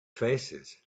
faces